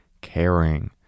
caring